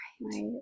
Right